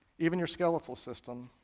even your skeletal system.